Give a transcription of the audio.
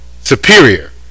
superior